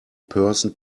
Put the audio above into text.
person